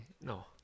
No